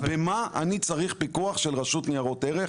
במה אני צריך פיקוח של רשות ניירות ערך,